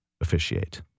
officiate